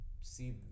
see